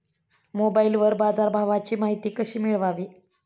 मोबाइलवर बाजारभावाची माहिती कशी मिळवावी?